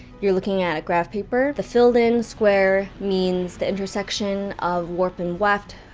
you're looking at a graph paper. the filled in square means the intersection of warp and weft.